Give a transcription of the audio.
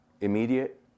immediate